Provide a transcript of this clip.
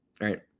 right